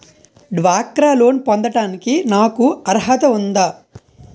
డ్వాక్రా లోన్ పొందటానికి నాకు అర్హత ఉందా?